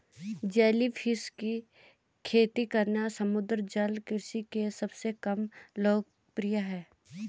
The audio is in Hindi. जेलीफिश की खेती करना समुद्री जल कृषि के सबसे कम लोकप्रिय है